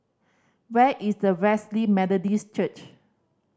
where is the Wesley Methodist Church